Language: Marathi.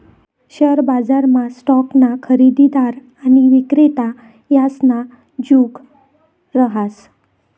शेअर बजारमा स्टॉकना खरेदीदार आणि विक्रेता यासना जुग रहास